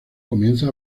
comienza